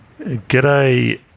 G'day